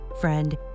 Friend